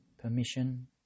permission